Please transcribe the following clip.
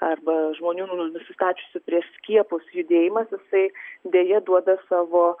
arba žmonių nu nu nusistačiusių prieš skiepus judėjimas jisai deja duoda savo